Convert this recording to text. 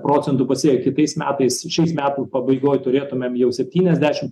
procentų pasiekę kitais metais šiais metų pabaigoj turėtumėm jau septyniasdešim